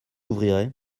ouvrirez